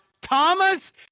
Thomas